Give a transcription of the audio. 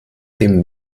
dem